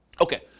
Okay